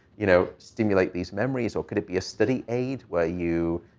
you know, stimulate these memories. or could it be a study aid where you,